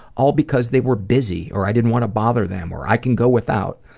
all because they were busy, or i didn't want to bother them, or i can go without.